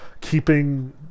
keeping